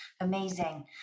Amazing